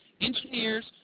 engineers